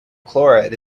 chloride